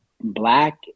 Black